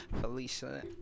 Felicia